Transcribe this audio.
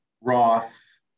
Ross